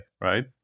right